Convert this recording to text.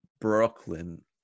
Brooklyn